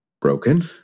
broken